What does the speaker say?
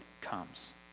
comes